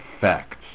facts